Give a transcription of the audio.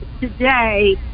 today